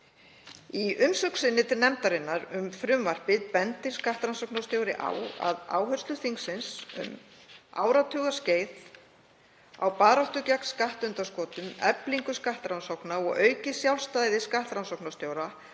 Í umsögn sinni til nefndarinnar um frumvarpið bendir skattrannsóknarstjóri á að áherslur þingsins um áratugaskeið á baráttu gegn skattundanskotum, eflingu skattrannsókna og aukið sjálfstæði skattrannsóknarstjóra